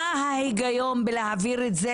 מה ההיגיון להעביר את זה